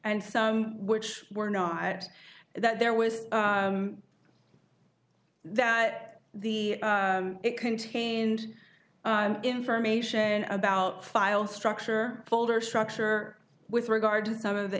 and some which were not at that there was that the it contained information about file structure folder structure with regard to some of the